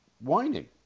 whining